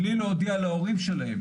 בלי להודיע להורים שלהם?